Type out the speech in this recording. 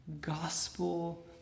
gospel